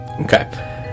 Okay